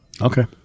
Okay